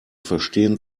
verstehen